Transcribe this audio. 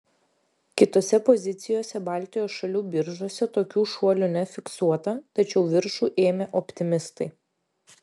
kitose pozicijose baltijos šalių biržose tokių šuolių nefiksuota tačiau viršų ėmė optimistai